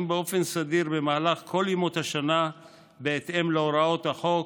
באופן סדיר במהלך כל ימות השנה בהתאם להוראות החוק,